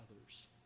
others